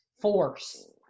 force